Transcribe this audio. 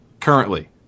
currently